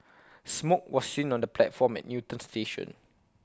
smoke was seen on the platform at Newton station